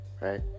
right